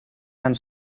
and